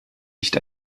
nicht